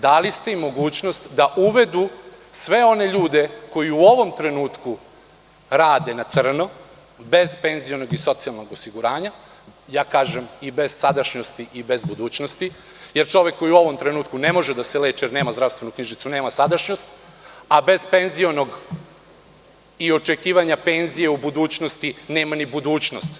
Dali ste im mogućnost da uvedu sve one ljude koji u ovom trenutku rade na crno, bez penzionog i socijalnog osiguranja, a ja kažem i bez sadašnjosti i bez budućnosti, jer čovek koji u ovom trenutku ne može da se leči jer nema zdravstvenu knjižicu nema sadašnjost, a bez penzionog i očekivanja penzije u budućnosti nema ni budućnost.